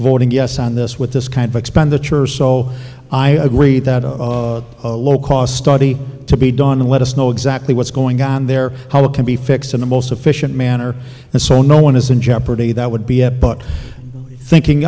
voting yes on this with this kind of expenditure so i agree that a low cost study to be done let us know exactly what's going on there how it can be fixed in a most efficient manner and so no one is in jeopardy that would be up but thinking